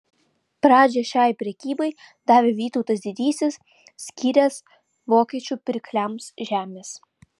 pradžią šiai prekybai davė vytautas didysis skyręs vokiečių pirkliams žemės